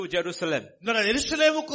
Jerusalem